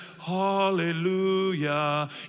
hallelujah